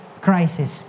crisis